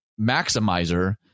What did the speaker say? maximizer